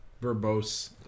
Verbose